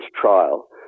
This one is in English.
trial